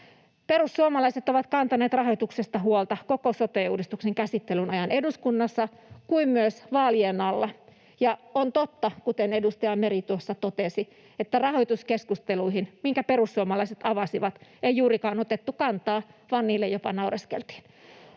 Perussuomalaiset ovat kantaneet rahoituksesta huolta koko sote-uudistuksen käsittelyn ajan eduskunnassa kuin myös vaalien alla, ja on totta, kuten edustaja Meri tuossa totesi, että rahoituskeskusteluihin, jotka perussuomalaiset avasivat, ei juurikaan otettu kantaa vaan niille jopa naureskeltiin.